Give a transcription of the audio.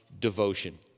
devotion